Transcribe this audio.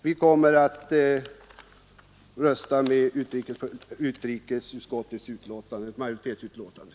Vi kommer att rösta för utrikesutskottets majoritetsförslag.